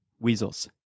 Weasels